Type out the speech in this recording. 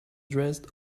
dressed